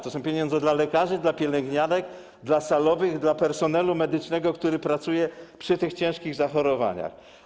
To są pieniądze dla lekarzy, pielęgniarek, salowych, personelu medycznego, który pracuje przy tych ciężkich zachorowaniach.